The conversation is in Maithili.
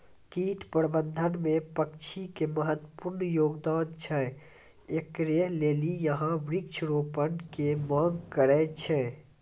कीट प्रबंधन मे पक्षी के महत्वपूर्ण योगदान छैय, इकरे लेली यहाँ वृक्ष रोपण के मांग करेय छैय?